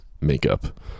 makeup